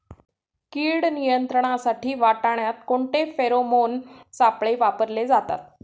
कीड नियंत्रणासाठी वाटाण्यात कोणते फेरोमोन सापळे वापरले जातात?